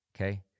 Okay